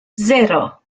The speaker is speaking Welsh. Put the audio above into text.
sero